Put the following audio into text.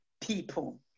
people